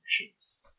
machines